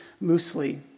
loosely